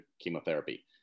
chemotherapy